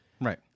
Right